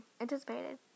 anticipated